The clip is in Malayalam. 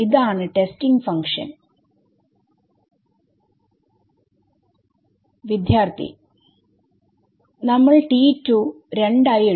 അതെ